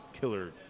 killer